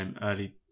early